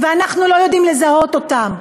ואנחנו לא יודעים לזהות אותם.